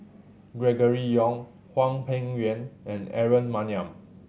Gregory Yong Hwang Peng Yuan and Aaron Maniam